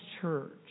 Church